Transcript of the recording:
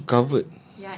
then how to covered